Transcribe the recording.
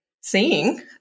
seeing